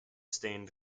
stained